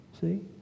See